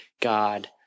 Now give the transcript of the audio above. God